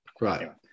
Right